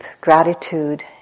gratitude